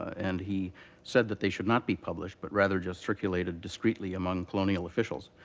and he said that they should not be published but rather just circulated discreetly among colonial officials.